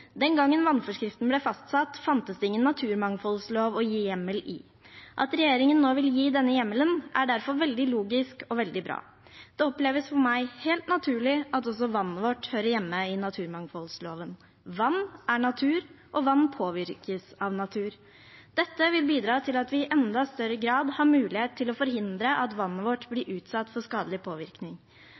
Den gangen vannforskriften ble fastsatt, fantes det ingen naturmangfoldlov å gi hjemmel i. At regjeringen nå vil gi denne hjemmelen, er derfor veldig logisk og veldig bra. Det oppleves for meg helt naturlig at også vannet vårt hører hjemme i naturmangfoldloven. Vann er natur, og vann påvirkes av natur. Dette vil bidra til at vi i enda større grad har mulighet til å forhindre at vannet vårt blir utsatt for skadelig påvirkning,